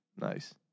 Nice